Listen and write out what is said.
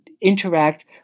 interact